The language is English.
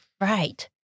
Right